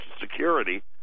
Security